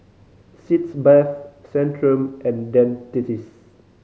Sitz Bath Centrum and Dentiste